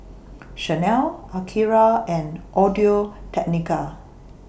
Chanel Akira and Audio Technica